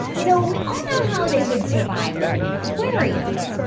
so we all know how they would survive living in aquariums.